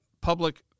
public